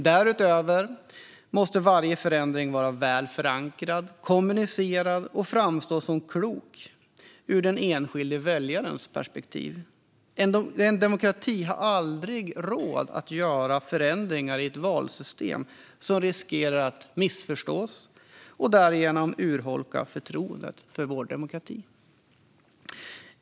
Därutöver måste varje förändring vara väl förankrad och kommunicerad och framstå som klok ur den enskilde väljarens perspektiv. En demokrati har aldrig råd att göra förändringar i ett valsystem som riskerar att missförstås och därigenom urholka förtroendet för vår demokrati.